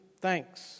thanks